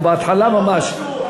בהתחלה ממש.